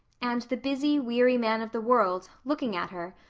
and the busy, weary man of the world, looking at her,